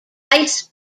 vice